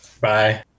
Bye